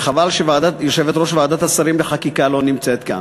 וחבל שיושבת-ראש ועדת השרים לחקיקה לא נמצאת כאן.